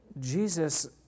Jesus